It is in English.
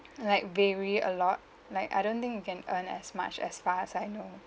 like vary a lot like I don't think we can earn as much as far as I know